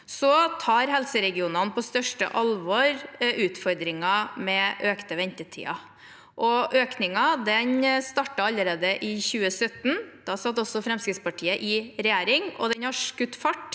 Helseregionene tar på største alvor utfordringer med økte ventetider. Økningen startet allerede i 2017 – da satt også Fremskrittspartiet i regjering – og den har skutt fart